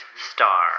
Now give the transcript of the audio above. star